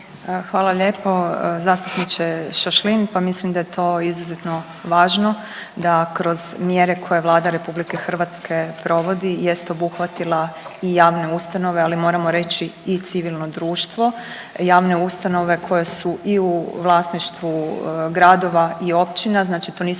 Hvala lijepo zastupniče Šašlin, pa mislim da je to izuzetno važno da kroz mjere koje Vlada RH provodi jest obuhvatila i javne ustanove, ali moramo reći i civilno društvo. Javne ustanove koje su i u vlasništvu gradova i općina znači to nisu